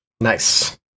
Nice